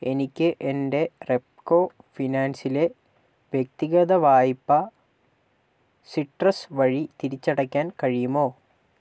എനിക്ക് എൻ്റെ റെപ്കോ ഫിനാൻസിലെ വ്യക്തിഗത വായ്പ സിട്രസ് വഴി തിരിച്ചടയ്ക്കാൻ കഴിയുമോ